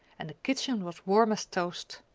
and the kitchen was warm as toast.